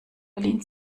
berlin